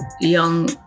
young